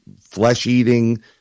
flesh-eating